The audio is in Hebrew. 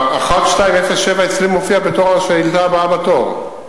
1207 אצלי מופיעה בתור השאילתא הבאה בתור.